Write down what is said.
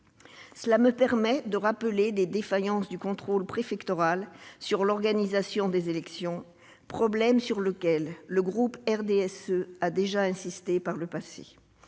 me permet de rappeler les défaillances du contrôle préfectoral sur l'organisation des élections, problème sur lequel le groupe du RDSE a déjà insisté par le passé.